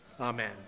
amen